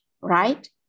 right